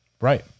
Right